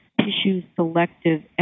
tissue-selective